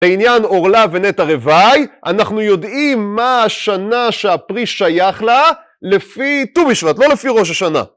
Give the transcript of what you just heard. בעניין עורלה ונטע רבעי, אנחנו יודעים מה השנה שהפרי שייך לה לפי ט"ו בשבט, לא לפי ראש השנה.